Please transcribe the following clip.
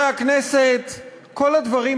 ברשימה הקומוניסטית שתומכת בטרור.